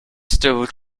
still